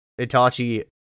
Itachi